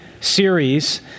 series